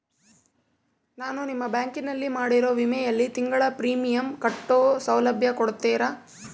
ನಾನು ನಿಮ್ಮ ಬ್ಯಾಂಕಿನಲ್ಲಿ ಮಾಡಿರೋ ವಿಮೆಯಲ್ಲಿ ತಿಂಗಳ ಪ್ರೇಮಿಯಂ ಕಟ್ಟೋ ಸೌಲಭ್ಯ ಕೊಡ್ತೇರಾ?